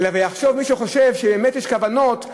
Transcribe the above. אלא יחשוב מי שחושב שיש כוונות,